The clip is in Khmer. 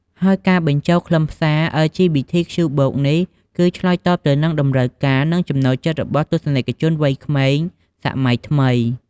ហើយការបញ្ចូលខ្លឹមសារ អិល ជី ប៊ី ធី ខ្ជូ បូក (LGBTQ+) នេះគឺឆ្លើយតបទៅនឹងតម្រូវការ និងចំណូលចិត្តរបស់ទស្សនិកជនវ័យក្មេងសម័យថ្មី។